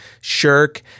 shirk